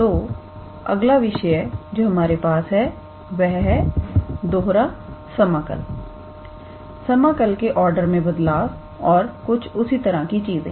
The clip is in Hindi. तो अगला विषय जो हमारे पास है वह है दोहरा समाकल समाकल के आर्डर में बदलाव और कुछ उसी तरह की चीजें